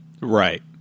Right